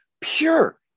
pure